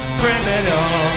criminal